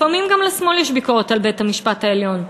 לפעמים גם לשמאל יש ביקורת על בית-המשפט העליון,